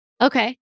Okay